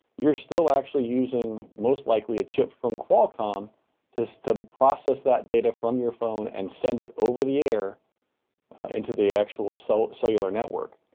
you're still actually using most likely a chip from qualcomm to, to process that data from your phone and send it over the air into the actual so cellular network.